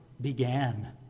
began